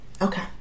Okay